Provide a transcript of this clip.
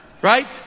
Right